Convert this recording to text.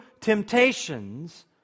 temptations